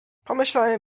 pomyślałem